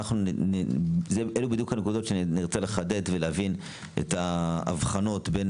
אלה הנקודות שנרצה לחדד ולהבין את ההבחנות בין